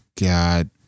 god